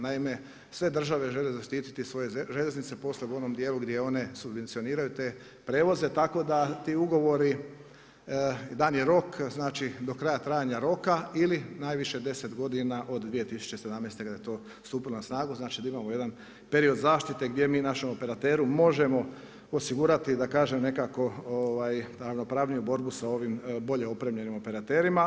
Naime, sve države žele zaštititi svoje željeznice, posebno u ovom djelu gdje one subvencioniraju te prijevoze tako da ti ugovori, dan je rok, znači do kraja travnja roka ili najviše 10 godina od 2017. kada je to stupilo na snagu, znači da imamo jedan period zaštite gdje mi našem operateru možemo osigurati, da kažem, nekako ravnopravniju borbu sa ovim bolje opremljenim operaterima.